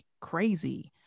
crazy